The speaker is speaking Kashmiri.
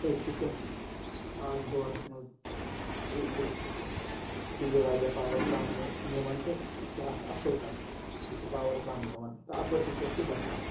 أزکِس یَتھ اَز دورَس منٛز چھِ یہِ واریاہ پاوَر کم نِوان تہٕ یہِ چھِ اَکھ اَصٕل کَتھ یہِ چھُ پاوَر کم نِوان تہٕ اَپٲرۍ تہِ چھُ اَسِہ یہِ بَچاوان